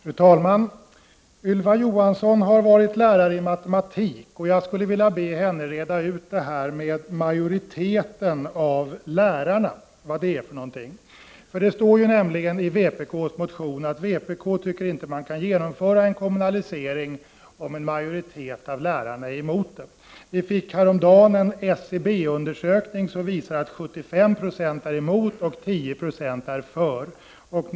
Fru talman! Ylva Johansson har varit lärare i matematik. Jag skulle vilja be henne reda ut detta med ”majoritet av lärarna”. Det står nämligen i vpk:s motion att vpk tycker att man inte kan genomföra en kommunalisering, om en ”majoritet av lärarna” är emot den. Vi fick häromdagen resultat av en SCB-undersökning, som visar att 75 20 av lärarna är emot och 10 96 är för en kommunalisering.